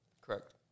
Correct